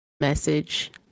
message